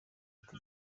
ati